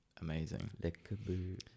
amazing